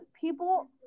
people